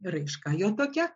raiška jo tokia